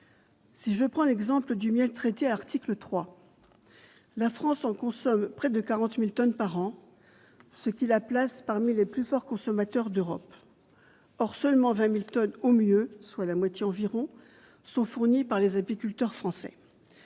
Si je prends l'exemple du miel, traité à l'article 3, la France en consomme près de 40 000 tonnes par an, ce qui la place parmi les plus forts consommateurs d'Europe. Or seulement 20 000 tonnes au mieux, soit la moitié environ, sont fournies par des apiculteurs français.